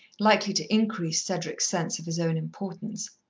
likely to increase cedric's sense of his own importance.